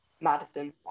Madison